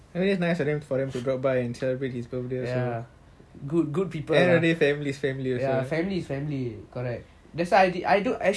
I mean that's nice for them to come by and celebrate his birthday end of the day family is family